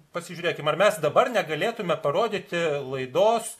pasižiūrėkim ar mes dabar negalėtume parodyti laidos